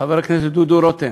חבר הכנסת דודו רותם,